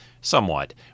somewhat